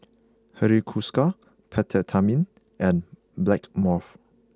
Hiruscar Peptamen and Blackmores